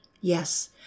Yes